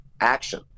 action